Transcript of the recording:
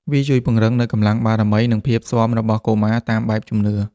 វាជួយពង្រឹងនូវកម្លាំងបារមី និងភាពស៊ាំរបស់កុមារតាមបែបជំនឿ។